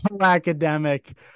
academic